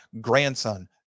grandson